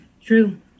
True